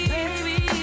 baby